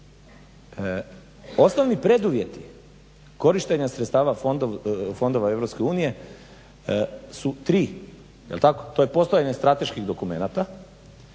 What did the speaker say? Osnovni preduvjeti korištenja sredstava fondova EU su tri, jel tako? To je postojanje strateških dokumenata,